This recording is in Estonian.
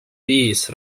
viis